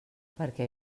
perquè